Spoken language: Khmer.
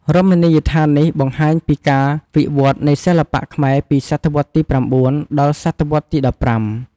រមណីយដ្ឋាននេះបង្ហាញពីការវិវឌ្ឍន៍នៃសិល្បៈខ្មែរពីសតវត្សទី ៩ ដល់សតវត្សទី ១៥។